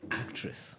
actress